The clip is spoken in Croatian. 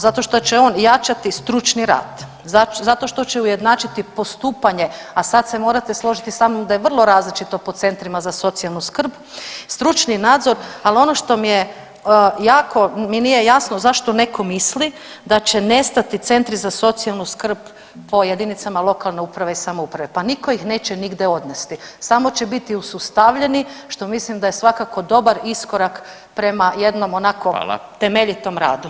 Zato što će on jačati stručni rad, zato što će ujednačiti postupanje, a sad se morate složiti sa mnom da je vrlo različito po centrima za socijalnu skrb stručni nadzor, ali ono što mi je jako mi nije jasno, zašto netko misli da će nestati centri za socijalnu skrb po jedinice lokalne uprave i samouprave, pa nitko ih neće nigde odnesti, samo će biti usustavljeni, što mislim da je svakako dobar iskorak prema jednom onako temeljitom radu.